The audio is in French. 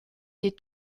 des